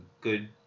good